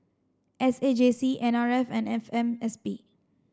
S A J C N R F and F M S P